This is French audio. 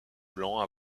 blancs